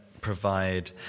provide